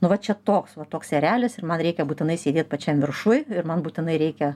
nu va čia toks va toks erelis ir man reikia būtinai sėdėt pačiam viršuj ir man būtinai reikia